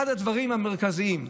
אחד הדברים המרכזיים,